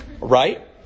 Right